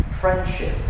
friendship